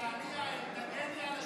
תעלי, תעלי, יעל, תגני על השחיתות.